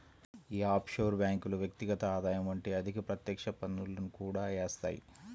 యీ ఆఫ్షోర్ బ్యేంకులు వ్యక్తిగత ఆదాయం వంటి అధిక ప్రత్యక్ష పన్నులను కూడా యేత్తాయి